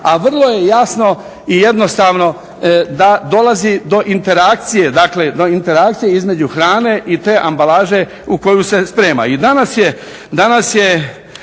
a vrlo je jasno i jednostavno da dolazi do interakcije. Dakle, do interakcije između hrane i te ambalaže u koju se sprema. I danas je